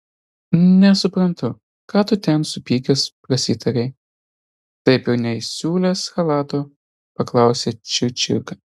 nesuprantu ką tu ten supykęs prasitarei taip ir neįsiūlęs chalato paklausė čičirka